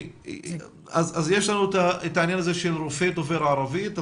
אז יש לנו את העניין הזה של רופא דובר ערבית,